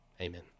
amen